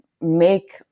make